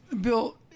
Bill